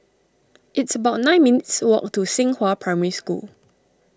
it's about nine minutes' walk to Xinghua Primary School